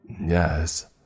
Yes